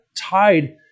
tied